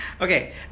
Okay